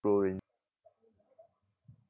role in